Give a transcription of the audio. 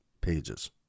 pages